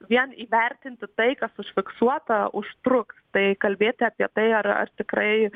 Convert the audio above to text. vien įvertinti tai kas užfiksuota užtruks tai kalbėti apie tai ar ar tikrai